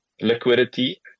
liquidity